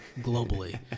globally